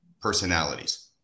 personalities